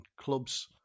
clubs